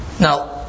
Now